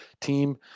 team